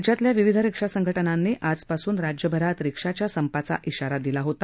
राज्यातल्या विविध रिक्षा संघटनांनी आजपासून राज्यभरात रिक्षाच्या संपाचा इशारा दिला होता